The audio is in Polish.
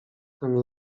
ten